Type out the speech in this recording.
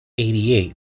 88